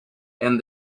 and